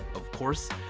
of course.